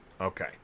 Okay